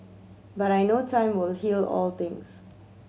but I know time will heal all things